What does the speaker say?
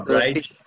right